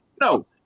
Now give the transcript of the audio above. No